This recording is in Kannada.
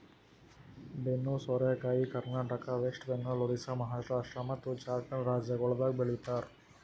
ಬೆನ್ನು ಸೋರೆಕಾಯಿ ಕರ್ನಾಟಕ, ವೆಸ್ಟ್ ಬೆಂಗಾಲ್, ಒರಿಸ್ಸಾ, ಮಹಾರಾಷ್ಟ್ರ ಮತ್ತ್ ಜಾರ್ಖಂಡ್ ರಾಜ್ಯಗೊಳ್ದಾಗ್ ಬೆ ಳಿತಾರ್